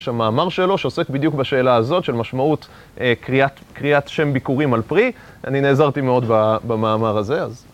כשהמאמר שלו שעוסק בדיוק בשאלה הזאת, של משמעות קריאת שם ביכורים על פרי, אני נעזרתי מאוד במאמר הזה אז.